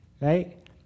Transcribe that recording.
Right